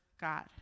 God